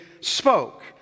spoke